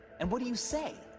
and what do you say?